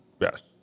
Yes